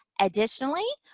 additionally,